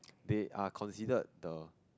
they are considered the